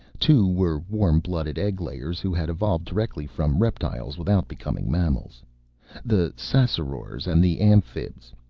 two were warm-blooded egglayers who had evolved directly from reptiles without becoming mammals the ssassarors and the amphibs.